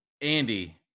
Andy